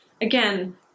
Again